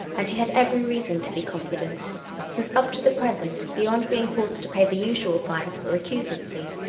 and he had every reason to be con fident since up to the present, beyond being forced to pay the usual fines for recusancy,